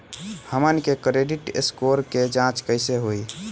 हमन के credit score के जांच कैसे होइ?